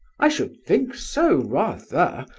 i should think so, rather!